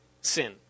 sin